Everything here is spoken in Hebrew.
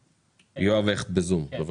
יואב הכט בזום, בבקשה.